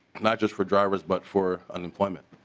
not just for drivers but for an employment.